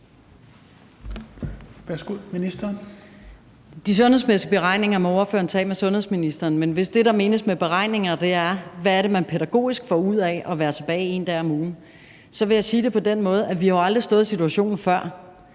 Rosenkrantz-Theil): De sundhedsmæssige beregninger må spørgeren tage med sundhedsministeren. Men hvis det, der menes med beregninger, er, hvad det er man pædagogisk får ud af at være tilbage én dag om ugen, så vil jeg sige det på den måde, at vi jo aldrig har stået i situationen før.